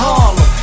Harlem